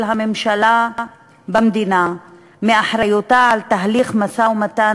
הממשלה במדינה מאחריותה לתהליך המשא-ומתן,